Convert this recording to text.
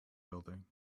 building